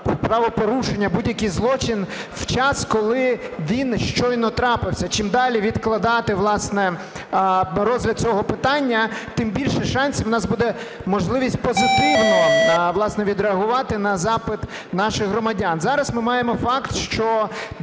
правопорушення, будь-який злочин в час, коли він щойно трапився, чим далі відкладати, власне, розгляд цього питання, тим більше шансів у нас буде можливість позитивно, власне, відреагувати на запит наших громадян. Зараз ми маємо факт, що